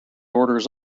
orders